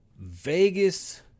Vegas